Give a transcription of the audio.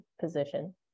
position